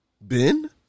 Ben